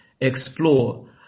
explore